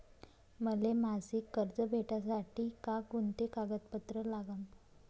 मले मासिक कर्ज भेटासाठी का कुंते कागदपत्र लागन?